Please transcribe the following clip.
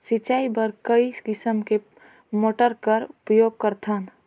सिंचाई बर कई किसम के मोटर कर उपयोग करथन?